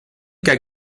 cas